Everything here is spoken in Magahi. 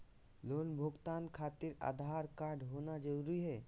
लोन भुगतान खातिर आधार कार्ड होना जरूरी है?